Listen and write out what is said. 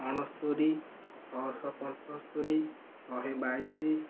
ଅଣସ୍ତୋରୀ ଛଅଶହ ପଞ୍ଚସ୍ତୋରୀ ଶହେ ବାଇଶ